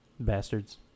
Bastards